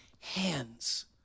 hands